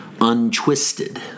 untwisted